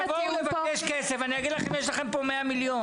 אתם תבואו לבקש כסף ואני אגיד לכם שיש לכם פה 100 מיליון.